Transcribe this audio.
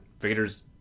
Vader's